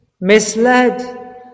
misled